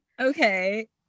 Okay